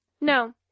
No